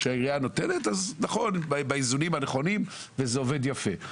שהעירייה נותנת באיזונים הנכונים וזה עובד יפה.